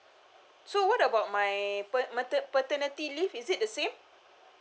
so what about my pat~ mater~ paternity leave is it the same